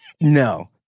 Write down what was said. No